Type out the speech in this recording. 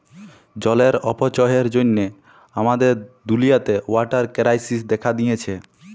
জলের অপচয়ের জ্যনহে আমাদের দুলিয়াতে ওয়াটার কেরাইসিস্ দ্যাখা দিঁয়েছে